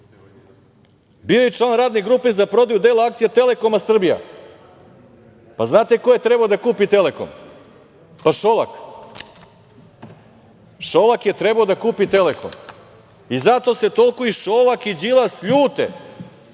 bio je i član Radne grupe za prodaju dela akcija „Telekoma Srbija“. Pa, znate ko je trebao da kupi „Telekom“? Pa, Šolak. Šolak je trebao da kupi „Telekom“ i zato se toliko i Šolak i Đilas ljute